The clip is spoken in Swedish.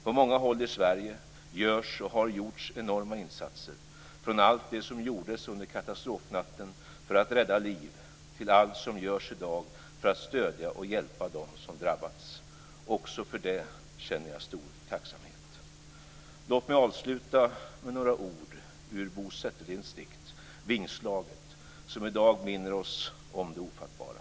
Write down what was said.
På många håll i Sverige görs och har gjorts enorma insatser - från allt det som gjordes under katastrofnatten för att rädda liv, till allt som görs i dag för att stödja och hjälpa dem som drabbats. Också för det känner jag stor tacksamhet. Låt mig avsluta med några ord ur Bo Setterlinds dikt Vingslaget, som i dag minner oss om det ofattbara.